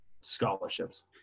scholarships